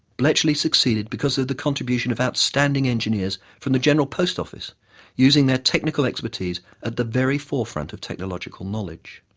bletchley succeeded because of the contribution of outstanding engineers from the general post office using their technical expertise at the very forefront of technological knowledge.